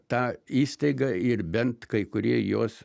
ta įstaiga ir bent kai kurie jos